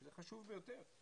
שזה חשוב ביותר,